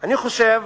אני חושב